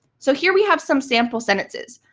so here we have some sample sentences.